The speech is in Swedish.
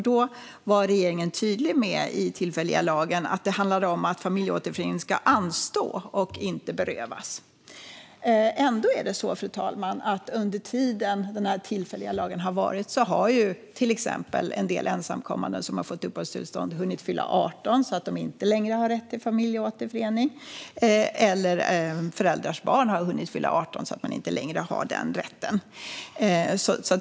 Då var regeringen tydlig med att den tillfälliga lagen handlar om att familjeåterförening ska anstå och inte berövas. Ändå är det så, fru talman, att under den tid den tillfälliga lagen har gällt har till exempel en del ensamkommande som fått uppehållstillstånd hunnit fylla 18 så att de inte längre har rätt till familjeåterförening, och föräldrars barn har hunnit fylla 18 så att de inte längre har den rätten.